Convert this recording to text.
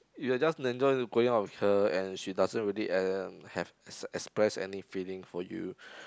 you are just enjoy to going out with her and she doesn't really um have express any feeling for you